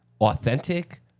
authentic